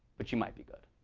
but you might be good.